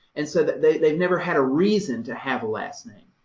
and so, they they never had a reason to have a last name.